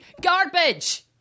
garbage